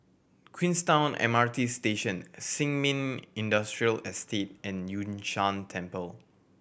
Queenstown M R T Station Sin Ming Industrial Estate and Yun Shan Temple